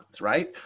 right